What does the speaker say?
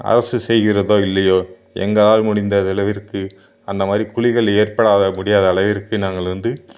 அரசு செய்கிறதோ இல்லையோ எங்களால் முடிந்த அளவிற்கு அந்தமாதிரி குழிகள் ஏற்படாத முடியாத அளவிற்கு நாங்கள் வந்து